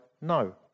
no